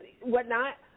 whatnot